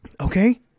okay